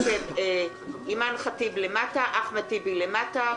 אימאן ח'אטיב למטה, אחמד טיבי למטה,